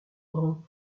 grand